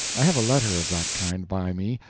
i have a letter of that kind by me,